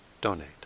donate